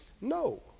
No